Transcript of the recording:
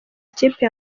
ikipe